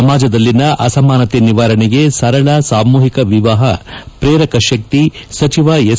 ಸಮಾಜದಲ್ಲಿನ ಅಸಮಾನತೆ ನಿವಾರಣೆಗೆ ಸರಳ ಸಾಮೂಹಿಕ ವಿವಾಹ ಶ್ರೇರಕ ಶಕ್ತಿ ಸಚಿವ ಎಸ್